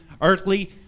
earthly